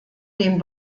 dem